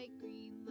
green